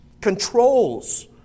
controls